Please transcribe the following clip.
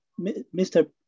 Mr